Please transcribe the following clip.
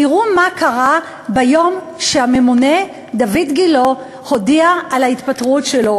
תראו מה קרה ביום שהממונה דיויד גילה הודיע על ההתפטרות שלו,